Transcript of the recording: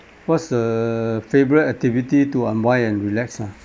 what's the favourite activity to unwind and relax ah